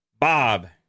Bob